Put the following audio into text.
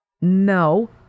No